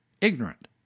ignorant